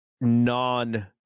non